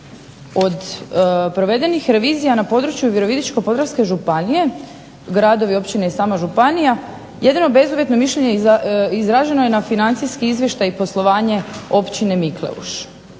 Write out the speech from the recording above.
Od provedenih revizija na području Virovitičko-podravske županije, gradovi, općine i sama županija, jedino bezuvjetno mišljenje izraženo je na Financijski izvještaj i poslovanje Općine Mikleuš.